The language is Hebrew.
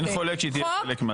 אין חולק שהיא תהיה חלק.